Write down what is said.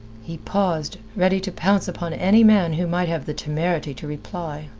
he paused, ready to pounce upon any man who might have the temerity to reply.